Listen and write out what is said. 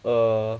err